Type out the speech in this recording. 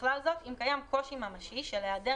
ובכלל זאת אם קיים קושי ממשי של היעדר